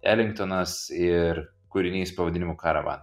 elingtonas ir kūrinys pavadinimu karavan